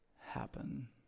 happen